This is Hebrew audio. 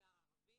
מהמגזר הערבי